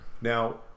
now